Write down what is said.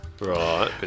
Right